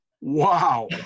Wow